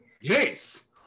Yes